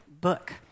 book